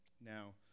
Now